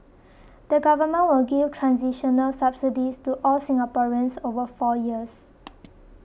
the Government will give transitional subsidies to all Singaporeans over four years